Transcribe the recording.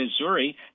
Missouri